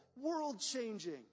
world-changing